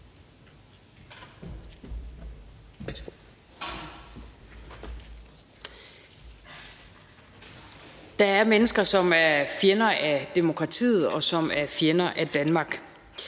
Der er mennesker, som er fjender af demokratiet, og som er fjender af Danmark.